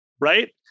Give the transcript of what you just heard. right